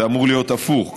זה אמור להיות הפוך,